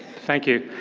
thank you.